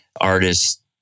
artists